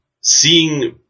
Seeing